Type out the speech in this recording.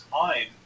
time